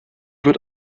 wird